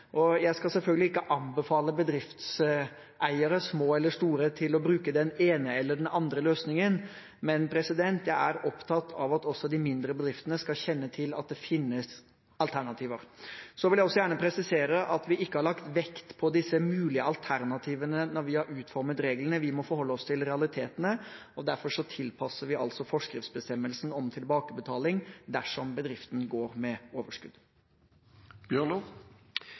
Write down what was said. Jeg skal selvfølgelig ikke anbefale bedriftseiere – små eller store – å bruke den ene eller den andre løsningen, men jeg er opptatt av at også de mindre bedriftene skal kjenne til at det finnes alternativer. Så vil jeg også gjerne presisere at vi ikke har lagt vekt på disse mulige alternativene når vi har utformet reglene. Vi må forholde oss til realitetene, og derfor tilpasser vi altså forskriftsbestemmelsen om tilbakebetaling dersom bedriften går med